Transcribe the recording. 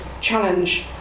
challenge